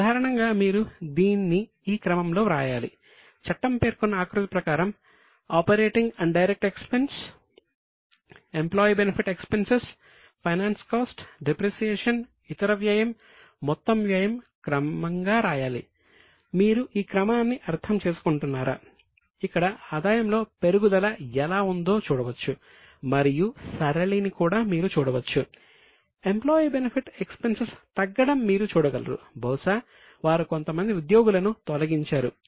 సాధారణంగా మీరు దీన్ని ఈ క్రమంలో వ్రాయాలి చట్టం పేర్కొన్న ఆకృతి ప్రకారం ఆపరేటింగ్ అండ్ డైరెక్ట్ ఎక్స్పెన్స్ తగ్గడం మీరు చూడగలరు బహుశా వారు కొంతమంది ఉద్యోగులను తొలగించారు